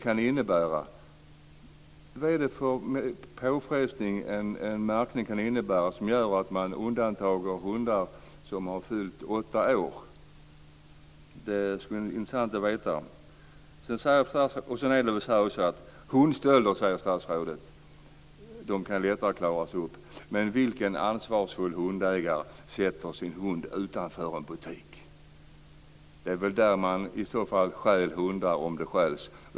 Vad är det för påfrestning som en märkning kan innebära och som gör att man undantar hundar som har fyllt åtta år? Det skulle vara intressant att få veta det. Hundstölder kan lättare klaras upp, säger ministern. Men vilken ansvarsfull hundägare sätter sin hund utanför en butik? Om hundar stjäls så är det väl där som det sker.